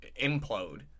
implode